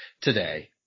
today